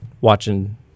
watching